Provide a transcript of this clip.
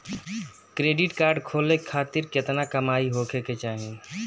Credit card खोले खातिर केतना कमाई होखे के चाही?